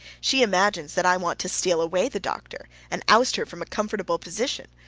she imagines that i want to steal away the doctor and oust her from a comfortable position,